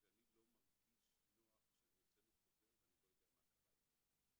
שאני לא מרגיש נוח שהוצאנו חוזר ואני לא יודע מה קרה איתו.